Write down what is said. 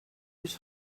his